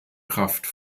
kraft